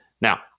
Now